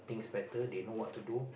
it's better they know what to do